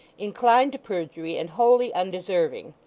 inclined to perjury, and wholly undeserving.